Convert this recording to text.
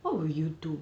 what will you do